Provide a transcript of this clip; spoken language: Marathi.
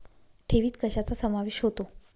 ठेवीत कशाचा समावेश होतो?